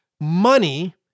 money